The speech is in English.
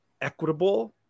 equitable